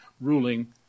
ruling